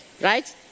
right